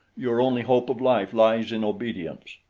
your only hope of life lies in obedience.